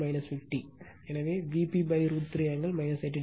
எனவே Vp √ 3 angle 30o